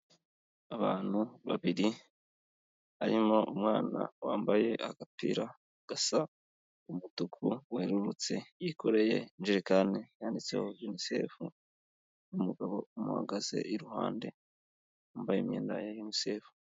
Abantu babiri, harimo umwana wambaye agapira gasa umutuku werurutse, yikoreye ijerekani yanditseho Unicef n'umugabo umuhagaze iruhande wambaye imyenda ya Unicef.